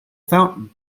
fountain